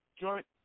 joint